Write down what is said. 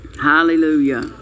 Hallelujah